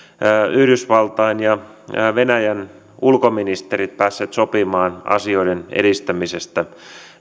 yhdysvaltain ja venäjän ulkoministerit päässeet sopimaan asioiden edistämisestä